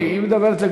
היא מדברת,